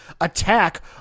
attack